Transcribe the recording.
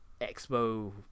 expo